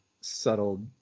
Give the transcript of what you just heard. subtle